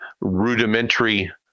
rudimentary